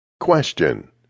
Question